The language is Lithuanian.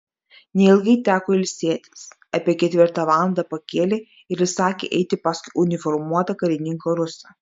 neilgai teko ilsėtis apie ketvirtą valandą pakėlė ir įsakė eiti paskui uniformuotą karininką rusą